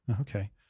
Okay